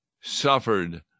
suffered